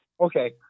Okay